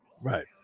Right